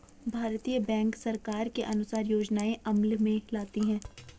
भारतीय बैंक सरकार के अनुसार योजनाएं अमल में लाती है